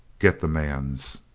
get the man's!